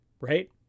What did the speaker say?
right